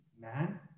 man